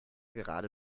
gerade